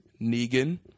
negan